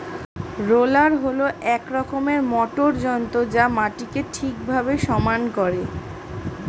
roller হল এক রকমের মোটর যন্ত্র যা মাটিকে ঠিকভাবে সমান করে